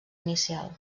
inicial